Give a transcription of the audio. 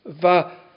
Va